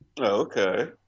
Okay